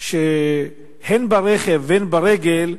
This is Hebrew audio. הן ברכב והן ברגל,